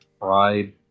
pride